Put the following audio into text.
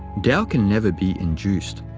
tao can never be induced,